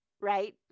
right